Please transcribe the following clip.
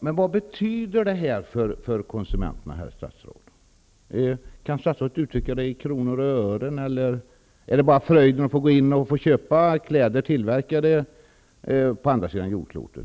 Fru talman! Ja, men vad betyder detta för konsumenterna? Kan statsrådet uttrycka det här i kronor och ören? Eller handlar det bara om fröjden att få köpa kläder som är tillverkade på andra sidan jordklotet?